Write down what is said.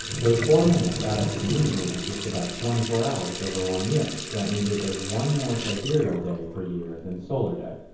those four minutes add up conveniently to just about twenty four hours over one year. so that means there's one more sidereal day per year than solar day.